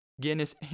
Guinness